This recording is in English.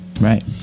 Right